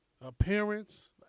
Appearance